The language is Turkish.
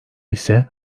ise